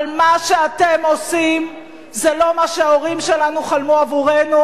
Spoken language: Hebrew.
אבל מה שאתם עושים זה לא מה שההורים שלנו חלמו עבורנו,